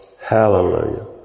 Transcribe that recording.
Hallelujah